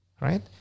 Right